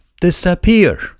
disappear